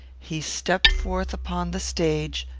he stepped forth upon the stage,